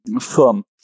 firm